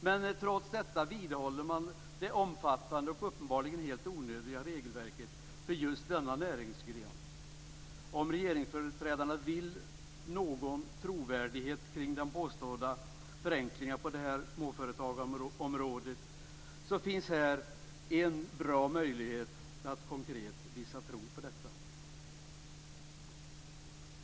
Men trots detta vidhåller man det omfattande och uppenbarligen helt onödiga regelverket för just denna näringsgren. Om regeringsföreträdarna vill ha någon trovärdighet kring den påstådda viljan till förenklingar på småföretagarområdet så finns det här en bra möjlighet att konkret visa prov på detta.